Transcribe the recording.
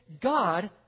God